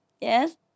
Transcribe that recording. yes